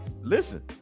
listen